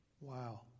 Wow